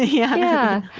ah yeah yeah.